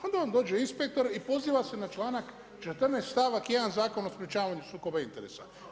Onda vam dođe inspektor i poziva se na članak 14. stavak 1. Zakona o sprječavanju sukoba interesa.